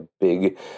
big